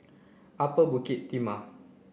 Upper Bukit Timah